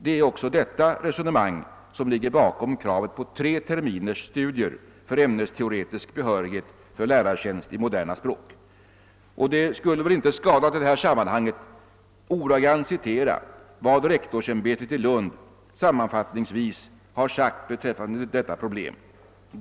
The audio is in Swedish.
Det är också detta resonemang som ligger bakom kravet på 3 terminers studier för ämnesteoretisk behörighet för lärartjänst i moderna språk.» Det skadar helt säkert inte heller att i detta sammanhang ordagrant citera vad rektorsämbetet i Lund sammanfattningsvis har framhållit beträffande dessa problem.